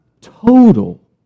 Total